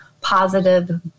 positive